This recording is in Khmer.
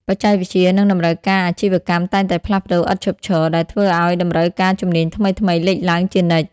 បច្ចេកវិទ្យា និងតម្រូវការអាជីវកម្មតែងតែផ្លាស់ប្ដូរឥតឈប់ឈរ ដែលធ្វើឱ្យតម្រូវការជំនាញថ្មីៗលេចឡើងជានិច្ច។